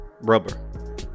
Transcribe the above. Rubber